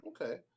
Okay